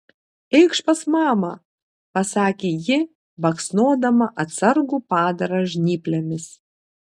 eikš pas mamą pasakė ji baksnodama atsargų padarą žnyplėmis